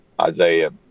Isaiah